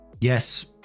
Yes